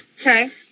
Okay